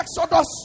Exodus